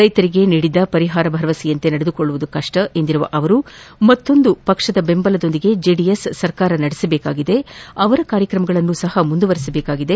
ರೈತರಿಗೆ ನೀಡಿದ್ದ ಪರಿಹಾರ ಭರವಸೆಯಂತೆ ನಡೆದುಕೊಳ್ಳುವುದು ಕಷ್ಷ ಎಂದಿರುವ ಅವರು ಮತ್ತೊಂದು ಪಕ್ಷದ ಬೆಂಬಲದೊಂದಿಗೆ ಜೆಡಿಎಸ್ ಸರ್ಕಾರ ನಡೆಸಬೇಕಿದೆ ಅವರ ಕಾರ್ಯಕ್ರಮಗಳನ್ನೂ ಸಹ ಮುಂದುವರಿಸಬೇಕಿದೆ